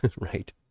Right